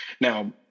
Now